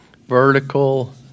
Vertical